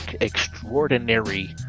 extraordinary